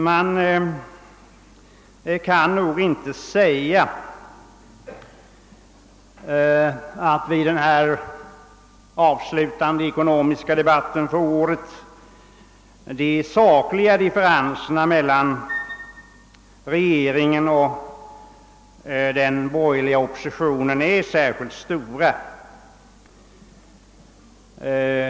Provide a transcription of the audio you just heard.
Man kan nog inte påstå att i denna vårens avslutande ekonomiska debatt de sakliga differenserna mellan regeringen och den borgerliga oppositionen är särskilt stora.